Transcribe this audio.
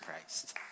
Christ